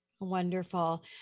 wonderful